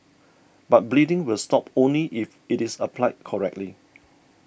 but bleeding will stop only if it is applied correctly